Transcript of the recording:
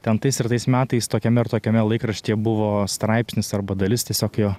ten tais ir tais metais tokiame ir tokiame laikraštyje buvo straipsnis arba dalis tiesiog jo